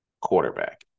quarterback